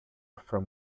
from